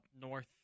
North